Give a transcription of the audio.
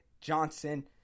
Johnson